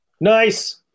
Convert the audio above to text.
Nice